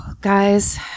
Guys